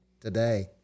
today